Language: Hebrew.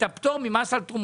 את הפטור ממס על תרומות.